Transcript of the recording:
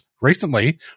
recently